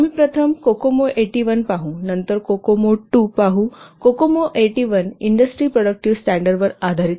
आम्ही प्रथम कोकोमो 81 पाहू नंतर कोकोमो II पाहू कोकोमो 81 इंडस्ट्री प्रोडक्टीव्ह स्टॅंडर्ड वर आधारित आहे